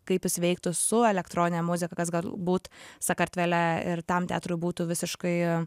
kaip jis veiktų su elektronine muzika kas galbūt sakartvele ir tam teatrui būtų visiškai